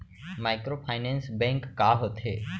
Microfinance bank का होथे?